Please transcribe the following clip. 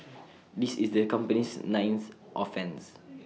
this is the company's ninth offence